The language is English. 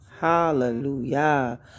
Hallelujah